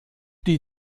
die